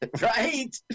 right